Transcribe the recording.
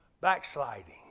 backsliding